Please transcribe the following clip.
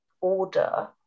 order